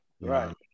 Right